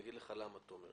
אגיד לך למה, תומר.